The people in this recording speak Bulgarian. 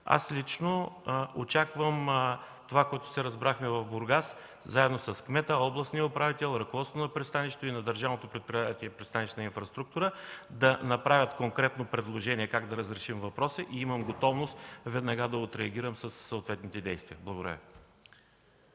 Аз лично очаквам това, за което се разбрахме в Бургас, заедно с кмета, областния управител, ръководството на пристанището и на Държавното предприятие „Пристанищна инфраструктура” – да направят конкретно предложение как да разрешим въпроса. Имам готовност веднага да реагирам със съответните действия. Благодаря